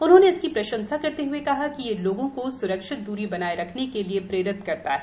उन्होंने इसकी प्रशंसा करते हए कहा कि यह लोगों को स्रक्षित दूरी बनाए रखने के लिए प्रेरित करता है